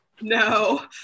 No